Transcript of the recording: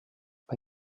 bei